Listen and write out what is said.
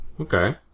Okay